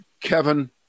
Kevin